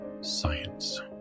science